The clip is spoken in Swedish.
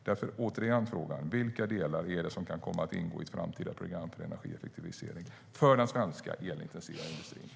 Därför frågar jag återigen: Vilka delar kan komma att ingå i ett framtida program för energieffektivisering för den svenska elintensiva industrin?